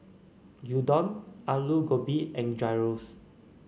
Gyudon Alu Gobi and Gyros